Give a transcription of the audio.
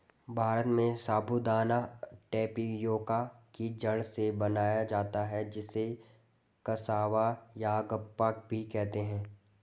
भारत में साबूदाना टेपियोका की जड़ से बनाया जाता है जिसे कसावा यागप्पा भी कहते हैं